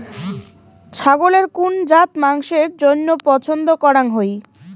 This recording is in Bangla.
ছাগলের কুন জাত মাংসের জইন্য পছন্দ করাং হই?